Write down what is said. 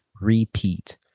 repeat